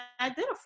identify